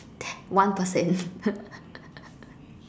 ten one percent